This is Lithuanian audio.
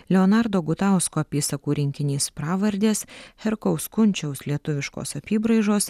leonardo gutausko apysakų rinkinys pravardės herkaus kunčiaus lietuviškos apybraižos